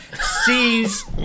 sees